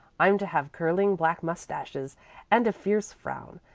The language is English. i'm to have curling black mustaches and a fierce frown,